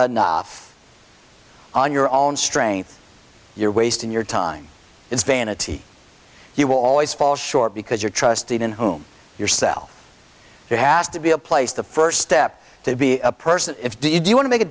enough on your own strength you're wasting your time it's vanity you will always fall short because you're trusting in whom yourself there has to be a place the st step to be a person if you do want to make a